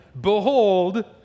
behold